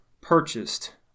purchased